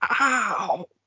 ow